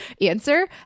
answer